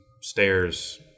stairs